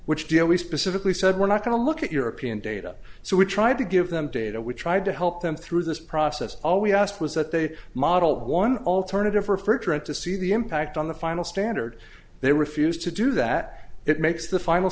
we specifically said we're not going to look at european data so we tried to give them data we tried to help them through this process all we asked was that they modeled one alternative refrigerant to see the impact on the final standard they refused to do that it makes the final